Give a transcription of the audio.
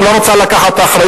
אם היא לא רוצה לקחת אחריות,